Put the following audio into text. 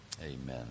Amen